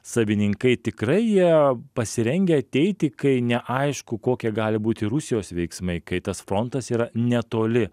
savininkai tikrai jie pasirengę ateiti kai neaišku kokie gali būti rusijos veiksmai kai tas frontas yra netoli